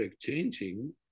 changing